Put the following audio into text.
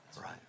Right